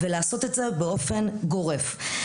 ולעשות את זה באופן גורף.